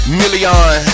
million